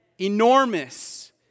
enormous